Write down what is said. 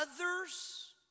others